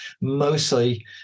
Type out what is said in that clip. mostly